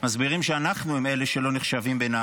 מסבירים שאנחנו הם אלה שלא נחשבים בין העמים,